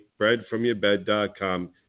BreadFromYourBed.com